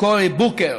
קורי בוקר.